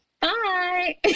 bye